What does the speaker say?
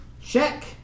check